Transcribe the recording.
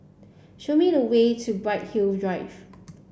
show me the way to Bright Hill Drive